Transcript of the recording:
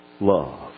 love